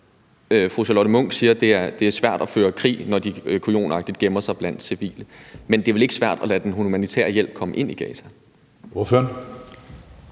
Fru Charlotte Munch siger, at det er svært at føre krig, når de kujonagtigt gemmer sig blandt civile, men det er vel ikke svært at lade den humanitære hjælp komme ind i Gaza?